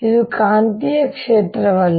ಇದು ಕಾಂತೀಯ ಕ್ಷೇತ್ರವಲ್ಲ